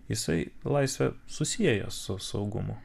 jisai laisvę susieja su saugumu